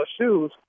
shoes